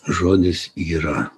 žodis yra